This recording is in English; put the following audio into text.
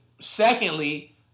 secondly